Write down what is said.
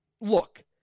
look